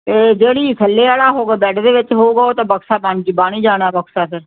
ਤੇ ਜਿਹੜੀ ਥੱਲੇ ਵਾਲਾ ਹੋ ਕੇ ਬੈਡ ਦੇ ਵਿੱਚ ਹੋਊਗਾ ਉਹ ਤਾਂ ਬਕਸਾ ਬੰਦ ਬਣ ਹੀ ਜਾਣਾ ਬਕਸਾ ਫਿਰ